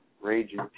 raging